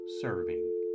serving